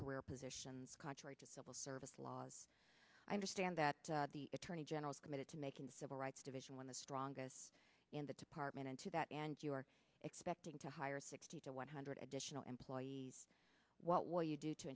career position contrary to civil service laws i understand that the attorney general is committed to making the civil rights division one of the strongest in the department into that and you are expecting to hire sixty to one hundred additional employees what will you do to